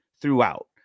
throughout